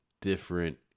different